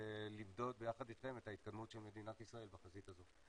ולמדוד ביחד איתכם את ההתקדמות של מדינת ישראל בחזית הזו.